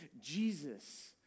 Jesus